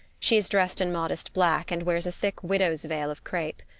she is dressed in modest black and wears a thick widow's veil of crepe.